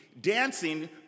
dancing